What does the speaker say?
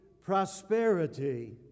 prosperity